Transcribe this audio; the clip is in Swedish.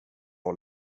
och